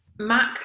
MAC